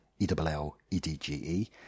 E-double-L-E-D-G-E